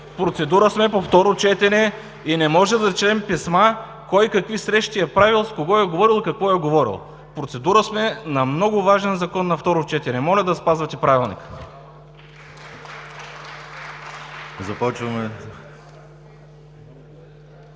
процедура сме по второ четене и не може да четем писма кой какви срещи е правил, с кого е говорил и какво е говорил. В процедура сме на много важен закон на второ четене. Моля да спазвате Правилника!